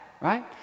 right